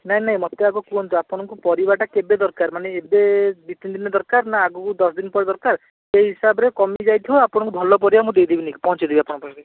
ନାହିଁ ନାହିଁ ମୋତେ ଆଗ କୁହନ୍ତୁ ଆପଣଙ୍କୁ ପରିବାଟା କେବେ ଦରକାର ମାନେ ଏବେ ଦୁଇ ତିନି ଦିନରେ ଦରକାର ନା ଆଗକୁ ଦଶ ଦିନ ପରେ ଦରକାର ସେ ହିସାବରେ କମି ଯାଇଥିବ ଆପଣଙ୍କୁ ଭଲ ପରିବା ମୁଁ ଦେଇ ଦେବି ନେଇକି ପହଞ୍ଚାଇଦେବି ଆପଣଙ୍କ ପାଖରେ